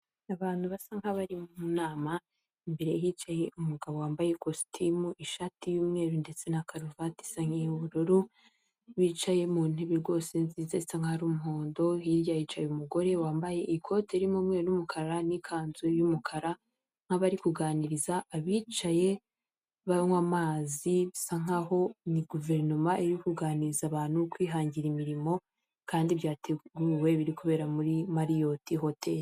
Umuhanda w'igitaka urimo imodoka ebyiri imwe y'umukara n'indi yenda gusa umweru, tukabonamo inzu ku ruhande yarwo yubakishije amabuye kandi ifite amababi y'umutuku ni'gipangu cy'umukara.